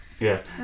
Yes